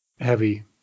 heavy